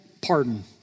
pardon